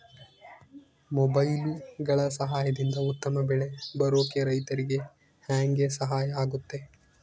ಮೊಬೈಲುಗಳ ಸಹಾಯದಿಂದ ಉತ್ತಮ ಬೆಳೆ ಬರೋಕೆ ರೈತರಿಗೆ ಹೆಂಗೆ ಸಹಾಯ ಆಗುತ್ತೆ?